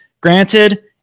Granted